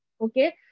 Okay